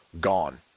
Gone